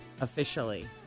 officially